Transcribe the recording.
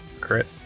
crit